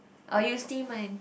or you see mine